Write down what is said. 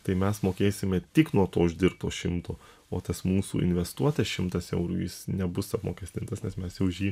tai mes mokėsime tik nuo to uždirbto šimto o tas mūsų investuotas šimtas eurų jis nebus apmokestintas nes mes jau už jį